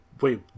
Wait